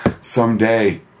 someday